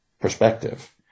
perspective